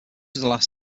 was